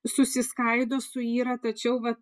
susiskaido suyra tačiau va